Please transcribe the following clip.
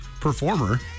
performer